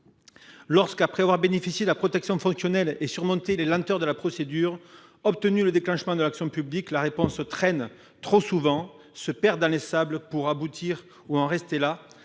alors que l’élu a bénéficié de la protection fonctionnelle, surmonté les lenteurs de la procédure, obtenu le déclenchement de l’action publique, la réponse traîne, se perd dans les sables, pour aboutir à une seule